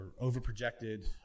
over-projected